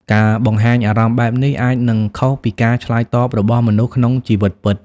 ការបង្ហាញអារម្មណ៍បែបនេះអាចនឹងខុសពីការឆ្លើយតបរបស់មនុស្សក្នុងជីវិតពិត។